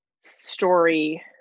story